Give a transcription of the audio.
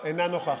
אינה נוכחת.